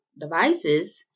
devices